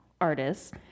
artists